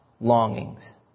longings